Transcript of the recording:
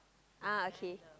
ah okay